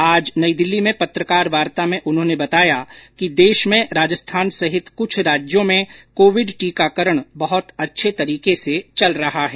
आज नई दिल्ली में पत्रकार वार्ता में उन्हेाने बताया कि देश में राजस्थान सहित कुछ राज्यों में कोविड टीकाकरण बहुत अच्छे तरीके से चल रहा है